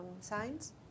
signs